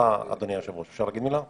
אדוני היושב-ראש, ברשותך, אפשר להגיד מילה?